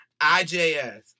IJS